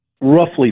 roughly